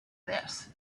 this